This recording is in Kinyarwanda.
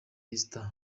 esther